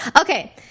Okay